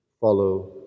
follow